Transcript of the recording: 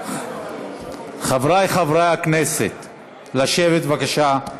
חברי חברי הכנסת, לשבת, בבקשה.